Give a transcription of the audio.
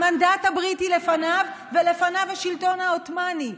המנדט הבריטי לפניו, ולפניו, השלטון העות'מאני.